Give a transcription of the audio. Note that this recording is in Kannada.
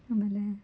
ಆಮೇಲೆ